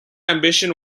ambition